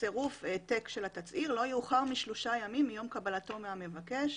בצירוף העתק של התצהיר לא יאוחר משלושה ימים מיום קבלתו מהמבקש".